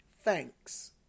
thanks